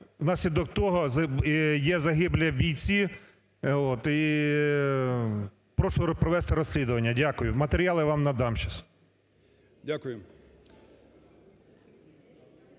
внаслідок того є загиблі бійці. Прошу провести розслідування. Дякую. Матеріали я вам надам сейчас.